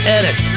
Edit